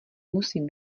musím